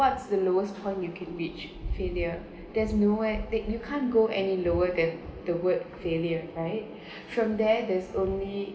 what's the lowest point you can reach failure there's nowhere that you can't go any lower than the word failure right from there there's only